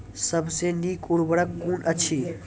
सबसे नीक उर्वरक कून अछि?